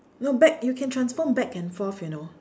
no back you can transform back and forth you know